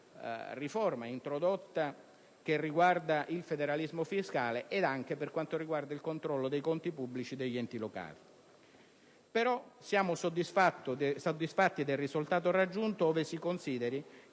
riforma introdotta, che riguarda il federalismo fiscale, sia per quanto riguarda il controllo dei conti pubblici degli enti locali. Siamo tuttavia soddisfatti del risultato raggiunto, ove si consideri